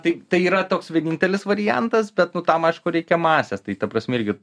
tai yra toks vienintelis variantas bet nu tam aišku reikia masės tai ta prasme irgi